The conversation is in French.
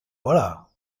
voilà